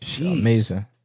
amazing